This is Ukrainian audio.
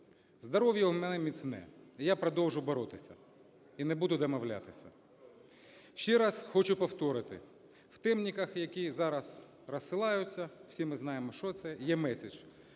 Здоров'я у мене міцне і я продовжу боротися, і не буду домовлятися. Ще раз хочу повторити, в "темниках", які зараз розсилаються, всі ми знаємо, що це, є меседж